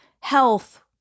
health